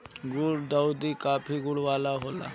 गुलदाउदी काफी गुण वाला होला